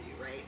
right